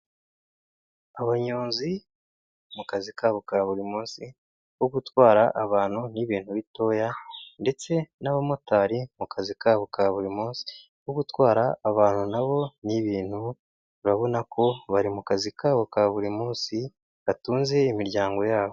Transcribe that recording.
Abanyonzi mu kazi kabo ka buri munsi ko gutwara abantu n'ibintu bitoya ndetse n'abamotari mu kazi kabo ka buri munsi ko gutwara abantu na bo n'ibintu, urabona ko bari mu kazi kabo ka buri munsi, gatunze imiryango yabo.